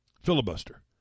filibuster